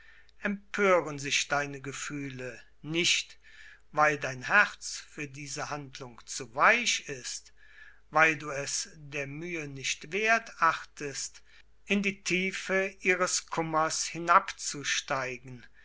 empören sich deine gefühle nicht weil dein herz für diese handlung zu weich ist weil du es der mühe nicht wert achtest in die tiefe ihres kummers hinabzusteigen